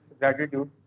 gratitude